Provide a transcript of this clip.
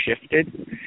shifted